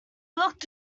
looked